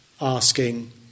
asking